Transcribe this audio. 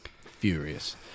furious